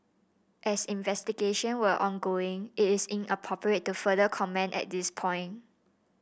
as investigation were ongoing it is inappropriate to further comment at this point